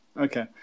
Okay